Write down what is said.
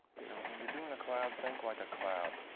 you know when you're doing a cloud, think like a cloud.